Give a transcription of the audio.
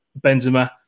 Benzema